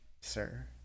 sir